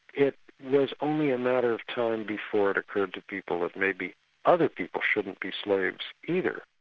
it was only a matter of time before it occurred to people that maybe other people shouldn't be slaves either.